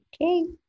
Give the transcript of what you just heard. Okay